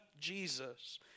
Jesus